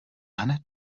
hned